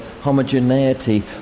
homogeneity